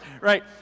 Right